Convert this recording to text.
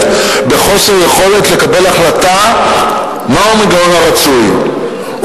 בחוסר יכולת לקבל החלטה מהו המנגנון הרצוי.